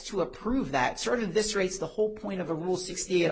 to approve that started this race the whole point of a rule sixty